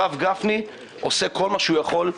הרב גפני עושה כל שהוא יכול.